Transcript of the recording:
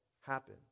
happen